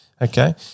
Okay